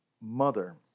mother